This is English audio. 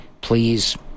please